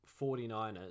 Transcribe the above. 49ers